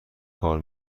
کار